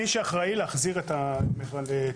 מי שאחראי להחזיר את הפיקדון.